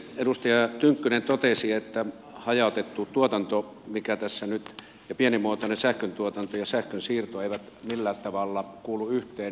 edustaja tynkkynen totesi että hajautettu tuotanto ja pienimuotoinen sähköntuotanto ja sähkönsiirto eivät millään tavalla kuulu yhteen